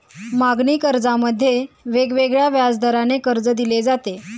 मागणी कर्जामध्ये वेगवेगळ्या व्याजदराने कर्ज दिले जाते